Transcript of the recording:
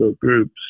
groups